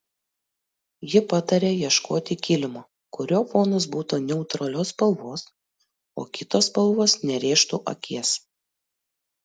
ji pataria ieškoti kilimo kurio fonas būtų neutralios spalvos o kitos spalvos nerėžtų akies